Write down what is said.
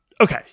Okay